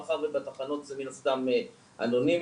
מאחר ובתחנות זה אנונימי,